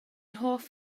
hoff